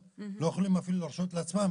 לא יכולים אפילו להרשות לעצמם,